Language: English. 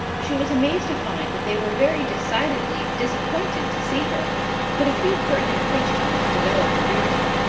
she was amazed to find that they were very decidedly disappointed to see her but a few pertinent questions developed the reason.